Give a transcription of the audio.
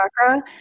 chakra